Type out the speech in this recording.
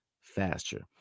faster